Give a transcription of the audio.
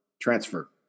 Transfer